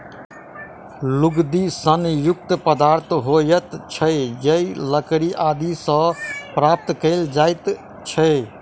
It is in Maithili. लुगदी सन युक्त पदार्थ होइत छै जे लकड़ी आदि सॅ प्राप्त कयल जाइत छै